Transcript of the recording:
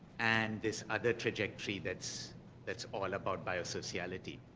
and this other trajectory, that's that's all about biosociality.